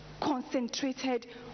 concentrated